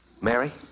Mary